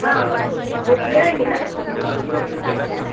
हां भोसले वहिनी ना हां हां